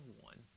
one